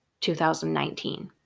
2019